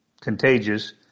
contagious